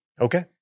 Okay